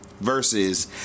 versus